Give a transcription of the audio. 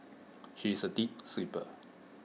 she is A deep sleeper